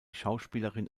schauspielerin